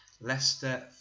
Leicester